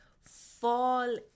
fall